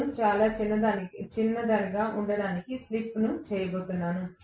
నేను చాలా చిన్నదిగా ఉండటానికి స్లిప్ చేయబోతున్నాను